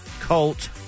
colt